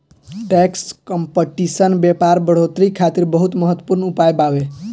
tax competition व्यापार बढ़ोतरी खातिर बहुत महत्वपूर्ण उपाय बावे